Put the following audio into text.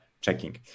checking